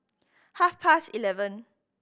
half past eleven